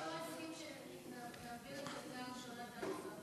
זה משרד האוצר.